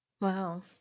Wow